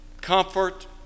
comfort